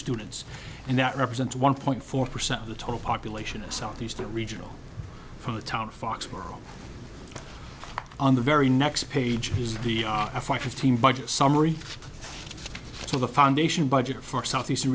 students and that represents one point four percent of the total population of southeast the regional from the town fox world on the very next page news we are f y fourteen budget summary so the foundation budget for southeast